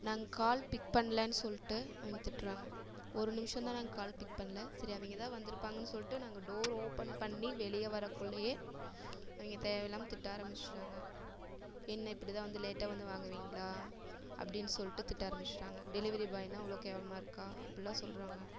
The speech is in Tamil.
நான் கால் பிக் பண்லன்னு சொல்லிட்டு அவங்க திட்டுறாங்க ஒரு நிமிஷம் தான் நாங்க கால் பிக் பண்ணல சரி அவங்க தான் வந்திருப்பாங்கன்னு சொல்லிட்டு நாங்கள் டோர் ஓப்பன் பண்ணி வெளியே வரக்குள்ளேயே அவங்க தேவைல்லாம திட்ட ஆரமிச்ட்டாங்க என்ன இப்படி தான் வந்து லேட்டாக வந்து வாங்குவீங்களா அப்டின்னு சொல்லிட்டு திட்ட ஆரமிச்ட்டாங்க டெலிவரி பாய்னால் அவ்வளோ கேவலமாக இருக்கா அப்பில்லா சொல்லுறாங்க